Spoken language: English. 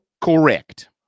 Correct